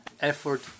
effort